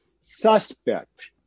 suspect